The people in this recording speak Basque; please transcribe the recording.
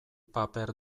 paper